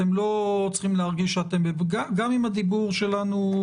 אתם לא צריכים להרגיש גם אם הדיבור שלנו,